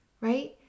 Right